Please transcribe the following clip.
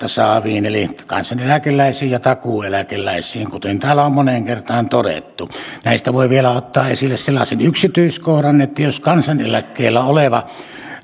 saaviin eli kansaneläkeläisiin ja takuueläkeläisiin kuten täällä on moneen kertaan todettu näistä voi vielä ottaa esille sellaisen yksityiskohdan että jos kansaneläkkeellä oleva